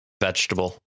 vegetable